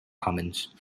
commons